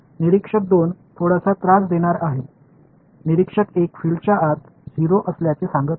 निरीक्षक 1 थोडासा त्रास देणार आहे निरीक्षक 1 फील्डच्या आत 0 असल्याचे सांगत आहे